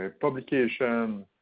publication